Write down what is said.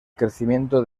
crecimiento